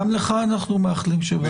גם לך אנחנו מאחלים שבעתיד יהיה לך.